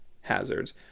hazards